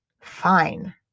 fine